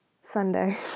Sunday